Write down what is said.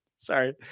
sorry